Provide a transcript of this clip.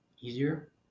easier